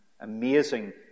Amazing